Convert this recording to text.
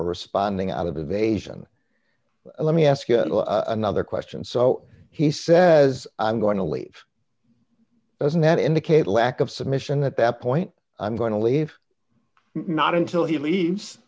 responding out of evasion let me ask another question so he says i'm going to leave doesn't that indicate a lack of submission at that point i'm going to leave not until he leaves